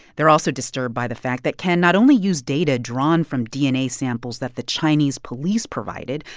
they're also disturbed by the fact that ken not only used data drawn from dna samples that the chinese police provided,